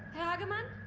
i mean,